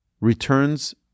returns